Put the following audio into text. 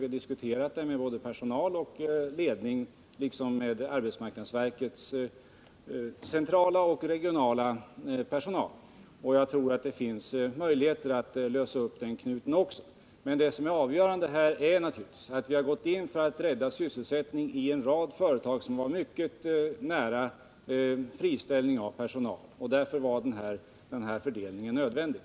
Vi har diskuterat problemen med både personal och företagsledning liksom med arbetsmarknadsverkets centrala och regionala personal. Jag tror att det finns möjligheter att lösa upp också den knuten. Men det som är avgörande här är naturligtvis att vi har gått in för att rädda sysselsättningen i en rad företag som var mycket nära att tvingas friställa personal. Därför var den här fördelningen nödvändig.